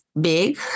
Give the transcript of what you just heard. big